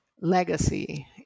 legacy